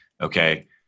Okay